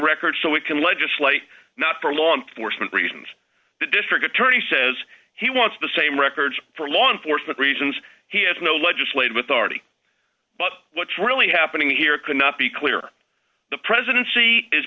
records so we can legislate not for law enforcement reasons the district attorney says he wants the same records for law enforcement reasons he has no legislative authority but what's really happening here cannot be clear the presidency is